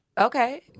Okay